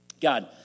God